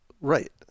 Right